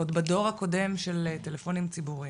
עוד בדור הקודם של טלפונים הציבוריים,